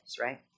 right